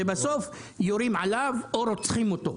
ובסוף יורים עליו או רוצחים אותו.